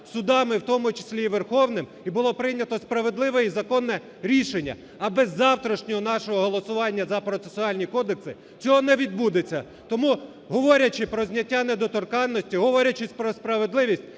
судами, в тому числі і Верховним, і було прийнято справедливе і законне рішення. А без завтрашнього нашого голосування за процесуальні кодекси цього не відбудеться. Тому, говорячи про зняття недоторканності, говорячи про справедливість,